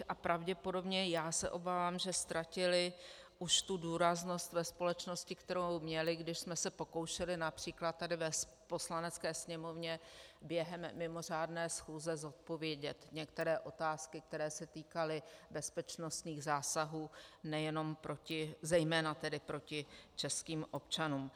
A pravděpodobně, obávám se, že ztratily už tu důraznost ve společnosti, kterou měly, když jsme se pokoušeli například tady v Poslanecké sněmovně během mimořádné schůze zodpovědět některé otázky, které se týkaly bezpečnostních zásahů zejména proti českým občanům.